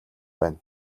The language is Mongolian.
байна